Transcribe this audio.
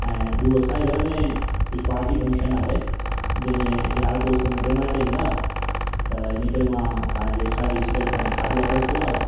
ऐं ॿियों असांजे घर में कुझु पार्टी फंक्शन आहे जंहिंमें यार दोस्त मिट माइट ईंदा त इन करे मां तव्हां जी वेबसाइड ॾिसी करे तव्हां खे खाधो ऑडर कयो आहे